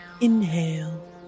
Inhale